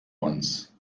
uns